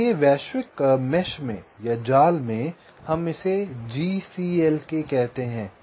इसलिए वैश्विक जाल में हम इसे GCLK कहते हैं